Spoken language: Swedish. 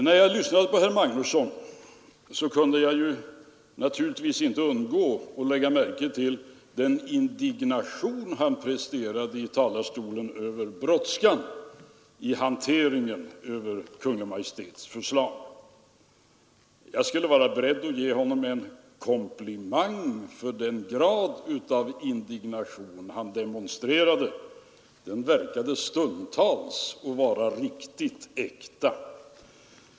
När jag lyssnade på herr Magnusson i Borås kunde jag naturligtvis inte undgå att lägga märke till den indignation som han presterade i talarstolen över brådskan i hanteringen av Kungl. Maj:ts förslag. Jag skulle till och med kunna vara beredd att ge honom en komplimang för den grad av indignation han demonstrerade — den verkade stundtals vara riktigt äkta.